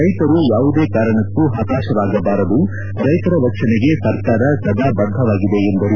ರೈತರು ಯಾವುದೇ ಕಾರಣಕ್ಕೂ ಹತಾಶರಾಗಬಾರದು ರೈತರ ರಕ್ಷಣೆಗೆ ಸರ್ಕಾರ ಸದಾ ಬದ್ದವಾಗಿದೆ ಎಂದರು